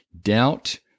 doubt